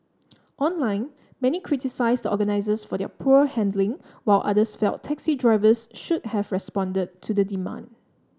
online many criticised the organisers for their poor handling while others felt taxi drivers should have responded to the demand